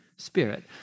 spirit